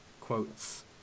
quotes